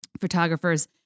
photographers